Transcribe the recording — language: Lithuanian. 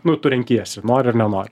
nu tu renkiesi nori ar nenori